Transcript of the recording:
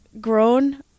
grown